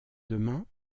demain